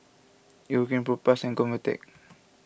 Eucerin Propass and Convatec